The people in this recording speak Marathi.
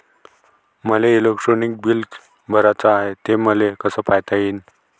मले इलेक्ट्रिक बिल भराचं हाय, ते मले कस पायता येईन?